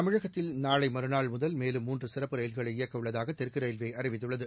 தமிழகத்தில் நாளை மறுநாள் முதல் மேலும் மூன்று சிறப்பு ரயில்களை இயக்க உள்ளதாக தெற்கு ரயில்வே அறிவித்துள்ளது